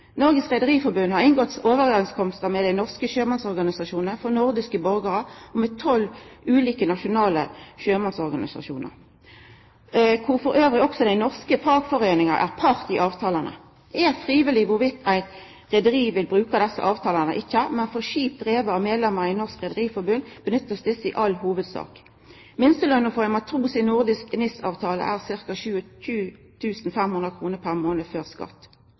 Rederiforbund har inngått overeinskomstar med dei norske sjømannsorganisasjonane for nordiske borgarar og med tolv ulike nasjonale sjømannsorganisasjonar, der dei norske fagforeiningane også er part i avtalane. Det er frivillig om eit rederi vil bruka desse avtalane eller ikkje, men for skip drivne av medlemer i Norges Rederiforbund blir desse i all hovudsak nytta. Minstelønna for ein matros i nordisk NIS-avtale er ca. 27 500 kr pr. månad før skatt.